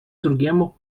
drugiemu